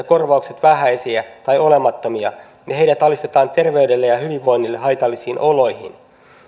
korvaukset vähäisiä tai olemattomia ja heidät alistetaan terveydelle ja hyvinvoinnille haitallisiin oloihin